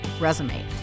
resume